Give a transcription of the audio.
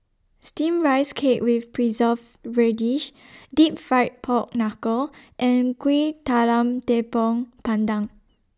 Steamed Rice Cake with Preserved Radish Deep Fried Pork Knuckle and Kuih Talam Tepong Pandan